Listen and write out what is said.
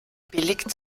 billig